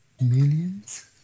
millions